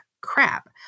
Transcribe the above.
crap